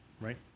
right